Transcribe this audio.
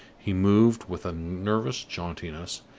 he moved with a nervous jauntiness,